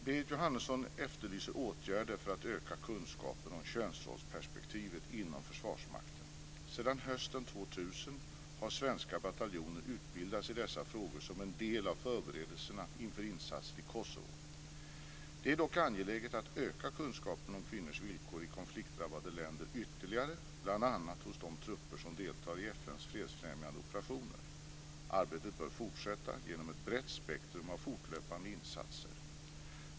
Berit Jóhannesson efterlyser åtgärder för att öka kunskapen om könsrollsperspektivet inom Försvarsmakten. Sedan hösten 2000 har svenska bataljoner utbildats i dessa frågor som en del av förberedelserna inför insatser i Kosovo. Det är dock angeläget att öka kunskapen om kvinnors villkor i konfliktdrabbade länder ytterligare bl.a. hos de trupper som deltar i FN:s fredsfrämjande operationer. Arbetet bör fortsätta genom ett brett spektrum av fortlöpande insatser.